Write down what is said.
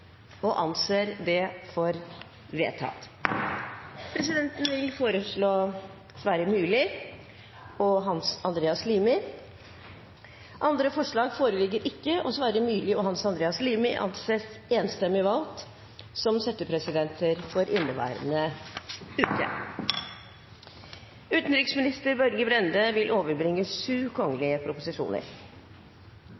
uke. – Det anses vedtatt. Presidenten foreslår Sverre Myrli og Hans Andreas Limi. – Andre forslag foreligger ikke, og Sverre Myrli og Hans Andreas Limi anses enstemmig valgt som settepresidenter for Stortingets møter i inneværende uke. Representanten Liv Signe Navarsete vil